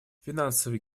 финансовый